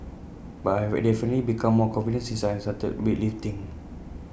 but I have A definitely become more confident since I started weightlifting